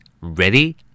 Ready